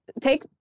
take